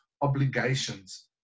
obligations